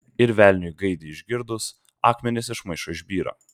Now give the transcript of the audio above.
ir velniui gaidį išgirdus akmenys iš maišo išbyra